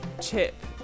Chip